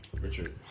Richard